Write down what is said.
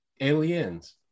Aliens